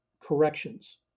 corrections